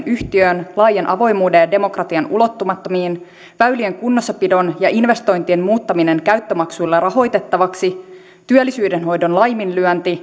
yhtiöön laajan avoimuuden ja demokratian ulottumattomiin väylien kunnossapidon ja investointien muuttaminen käyttömaksuilla rahoitettavaksi työllisyyden hoidon laiminlyönti